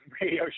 radio